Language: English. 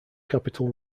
capital